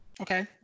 okay